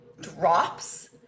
drops